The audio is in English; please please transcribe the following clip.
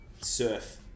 surf